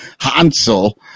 Hansel